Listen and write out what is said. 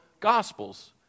Gospels